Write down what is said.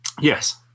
Yes